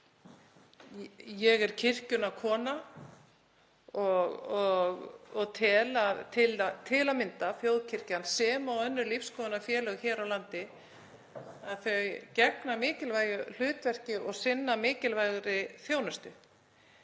ég er kirkjunnar kona og tel til að mynda að þjóðkirkjan sem og önnur lífsskoðunarfélög hér á landi gegni mikilvægu hlutverki og sinni mikilvægri þjónustu.